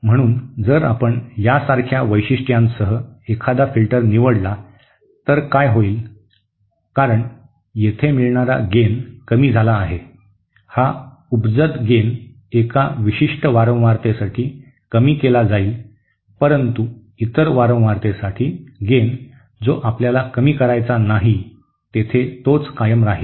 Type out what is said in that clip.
म्हणून जर आपण यासारख्या वैशिष्ट्यांसह एखादा फिल्टर निवडला तर काय होईल कारण येथे मिळणारा गेन कमी झाला आहे हा उपजत गेन एका विशिष्ट वारंवारतेसाठी कमी केला जाईल परंतु इतर वारंवारतेसाठी गेन जो आपल्याला कमी करायचा नाही तेथे तोच कायम राहील